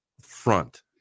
front